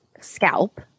scalp